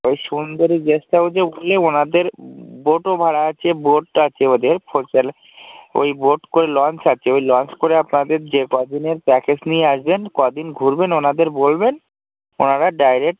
ওই সুন্দরী গেস্ট হাউসে উঠলে ওনাদের বোটও ভাড়া আছে বোট আছে ওদের ফোর চাইলে ওই বোট করে লঞ্চ আছে ওই লঞ্চ করে আপনাদের যে কদিনের প্যাকেজ নিয়ে আসবেন কদিন ঘুরবেন ওনাদের বলবেন ওনারা ডাইরেক্ট